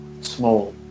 Small